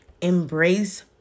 embrace